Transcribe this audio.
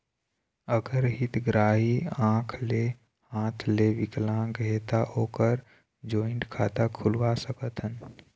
अगर हितग्राही आंख ले हाथ ले विकलांग हे ता ओकर जॉइंट खाता खुलवा सकथन?